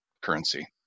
currency